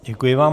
Děkuji vám.